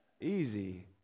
Easy